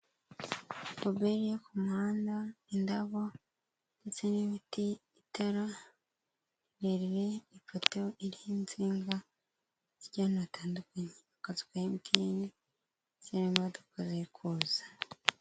Puberi iri kumuhanda, indabo ndetse n'ibiti itara rirerire, ipoto insinga zijya ahantu hatandukanye, umukozi wa emutiyene ndetse n'imdoka ziri kuza.